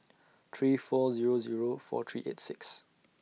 three four Zero Zero four three eight six